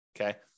okay